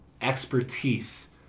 expertise